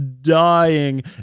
dying